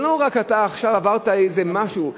זה לא רק שאתה עכשיו עברת איזה משהו,